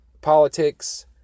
politics